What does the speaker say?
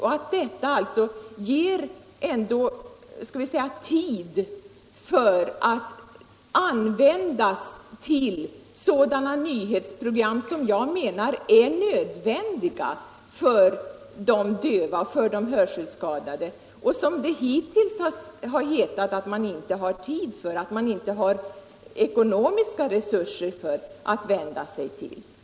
Detta ger alltså tid som kan användas till sådana nyhetsprogram som jag menar är nödvändiga för de döva och nörselskadade. Det har hittills sagts att man inte har tid och ekonomiska resurser för att vända sig till dem.